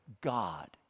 God